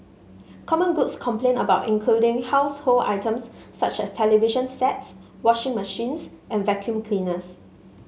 common goods complained about including household items such as television sets washing machines and vacuum cleaners